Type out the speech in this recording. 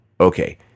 Okay